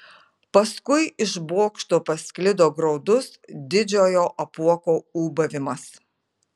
paskui iš bokšto pasklido graudus didžiojo apuoko ūbavimas